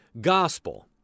gospel